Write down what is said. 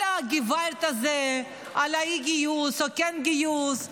כל הגעוואלד הזה על אי-גיוס או כן גיוס,